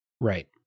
Right